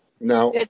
now